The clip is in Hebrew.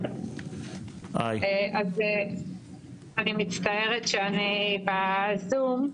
אני מצטערת שאני בזום,